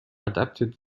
adapted